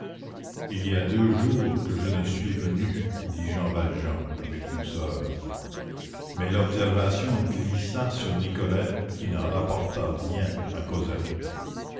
il y a deux jours que je ne suis venu dit jean valjean avec douceur mais l'observation glissa sur nicolette qui n'en rapporta rien à cosette